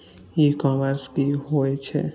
ई commerce की होय छेय?